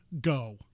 go